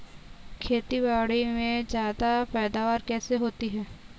खेतीबाड़ी में ज्यादा पैदावार कैसे होती है?